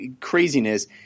craziness